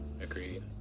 Agreed